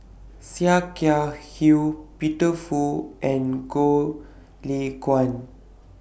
Sia Kah Hui Peter Fu and Goh Lay Kuan